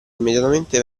immediatamente